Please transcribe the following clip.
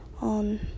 on